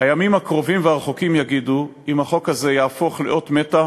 הימים הקרובים והרחוקים יגידו אם החוק הזה יהפוך לאות מתה,